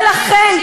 ולכן,